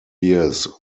years